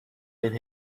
این